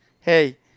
hey